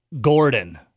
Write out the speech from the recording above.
Gordon